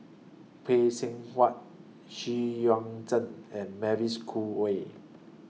Phay Seng Whatt Xu Yuan Zhen and Mavis Khoo Oei